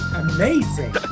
amazing